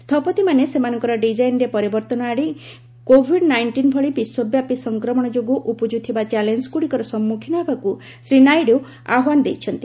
ସ୍ଥପତିମାନେ ସେମାନଙ୍କର ଡିକାଇନ୍ରେ ପରିବର୍ତ୍ତନ ଆଣି କୋଭିଡ୍ ନାଇଷ୍ଟିନ୍ ଭଳି ବିଶ୍ୱବ୍ୟାପି ସଂକ୍ରମଣ ଯୋଗୁଁ ଉପୁଜିଥିବା ଚ୍ୟାଲେଞ୍ଜଗୁଡ଼ିକର ସମ୍ମୁଖୀନ ହେବାକୁ ଶ୍ରୀ ନାଇଡୁ ଆହ୍ପାନ ଦେଇଛନ୍ତି